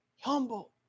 Humble